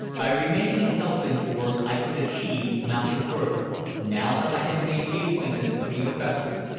by remaining in helsingfors i could achieve nothing further, now that i had made the acquaintance of the oppressor,